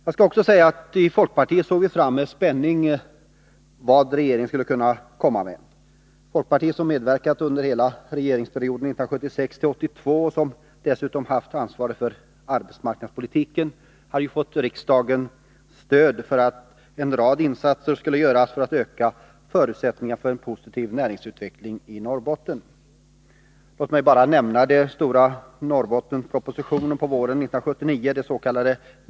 Jag skall också säga att även vi i folkpartiet med spänning såg fram mot vad regeringen skulle komma med. Folkpartiet, som medverkat under hela regeringsperioden 1976-1982 och som dessutom haft ansvaret för arbetsmarknadspolitiken, hade ju fått riksdagens stöd för att en rad insatser skulle göras för att öka förutsättningarna för en positiv näringsutveckling i Norrbotten. Låt mig bara nämna den stora Norrbottenspropositionen på våren 1979, dets.k.